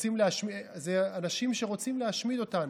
זה אנשים שרוצים להשמיד אותנו.